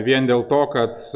vien dėl to kad